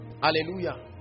hallelujah